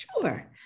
Sure